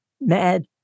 Mad